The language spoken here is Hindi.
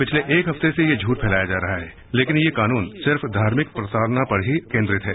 पिछले एक हफ्ते से ये झूठ फैलाया जा रहा है लेकिन ये कानून सिर्फ धार्मिक प्रताड़ना पर ही केन्द्रित है